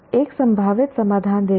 एक संभावित समाधान देखें